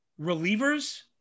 relievers